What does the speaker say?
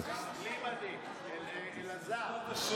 בלי מדים, אלעזר.